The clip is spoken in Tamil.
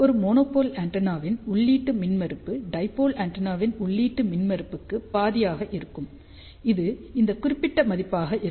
ஒரு மோனோபோல் ஆண்டெனாவின் உள்ளீடு மின்மறுப்பு டைபோல் ஆண்டெனாவின் உள்ளீட்டு மின்மறுப்புக்கு பாதியாக இருக்கும் இது இந்த குறிப்பிட்ட மதிப்பாக இருக்கும்